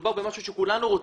מדובר במשהו שכולנו רוצים.